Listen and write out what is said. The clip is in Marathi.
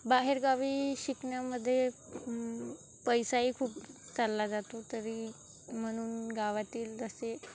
बाहेरगावी शिकण्यामध्ये पैसाही खूप चालला जातो तरी म्हणून गावातील जसे